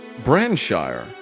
Branshire